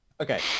Okay